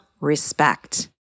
respect